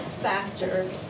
factor